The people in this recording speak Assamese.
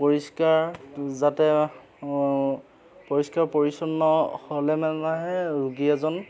পৰিষ্কাৰ যাতে পৰিষ্কাৰ পৰিচ্ছন্ন হ'লে মানেহে ৰোগী এজন